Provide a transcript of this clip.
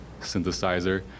synthesizer